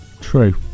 True